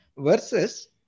versus